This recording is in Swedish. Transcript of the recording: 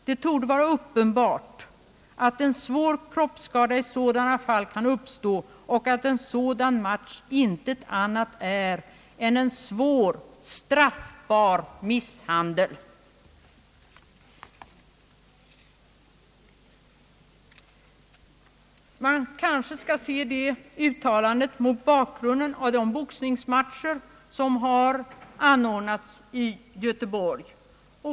Det torde vara uppenbart, att en svår kroppsskada i sådana fall kan uppstå och att en sådan match intet annat är än en svår, straffbar misshandel.» Man kanske skall se det uttalandet mot bakgrunden av de boxningsmatcher som har anordnats i Göeborg.